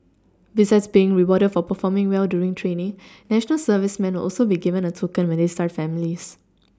besides being rewarded for performing well during training national servicemen will also be given a token when they start families